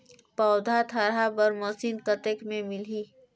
पौधा थरहा बर मशीन कतेक मे मिलही?